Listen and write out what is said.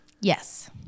Yes